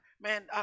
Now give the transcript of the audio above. man